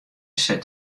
set